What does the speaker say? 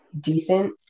decent